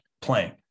playing